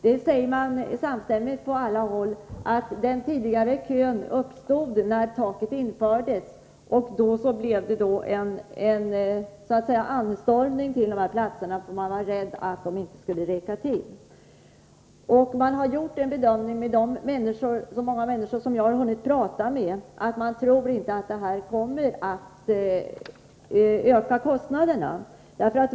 Man säger samstämmigt från alla håll att den tidigare kön uppstod när taket infördes. Det blev då en anstormning till de här platserna, eftersom man var rädd att de inte skulle räcka till. De människor som jag har hunnit tala med om detta har också gjort den bedömningen, att ett slopande av taket troligen inte skulle öka kostnaderna.